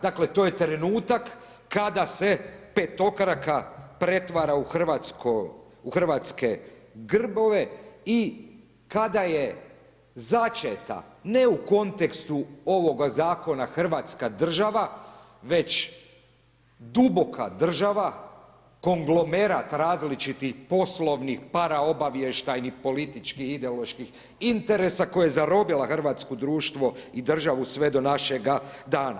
Dakle to je trenutak kada se petokraka pretvara u hrvatske grbove i kada je začeta ne u kontekstu ovoga zakona Hrvatska država već duboka država konglomerat različitih poslovnih, paraobavještajnih, političkih i ideoloških interesa koja je zarobila hrvatsko društvo i državu sve do našega dana.